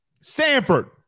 Stanford